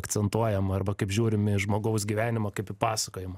akcentuojam arba kaip žiūrim į žmogaus gyvenimą kaip pasakojimą